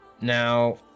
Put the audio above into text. Now